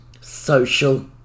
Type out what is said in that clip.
social